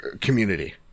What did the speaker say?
community